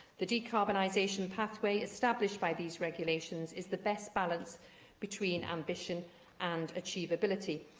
the decarbonisation pathway established by these regulations is the best balance between ambition and achievability.